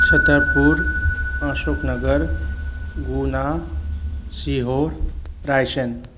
Chhatarpur Ashok Nagar Guna Sehore Raisen